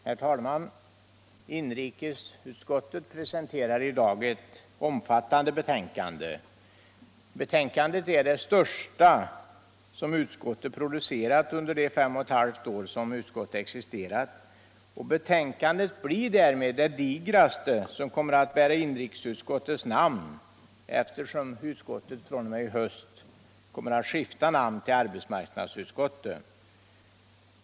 Herr talman! Inrikesutskottet presenterar i dag eu omfattande betänkande. Betänkandet är det största som utskottet producerat under de fem och et halvt år som utskottet existerat och blir därmed det digraste som kommer att bära inrikesutskottets namn, eftersom utskottet fr.o.m. i höst kommer att skifta namn till arbetsmarknadsutskottet.